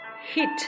hit